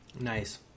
nice